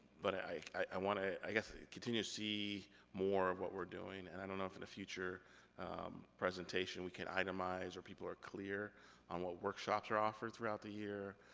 but i i wanna, i guess, continue to see more of what we're doing. and i don't know if in a future presentation, we can itemize, where people are clear on what workshops are offered throughout the year,